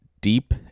deep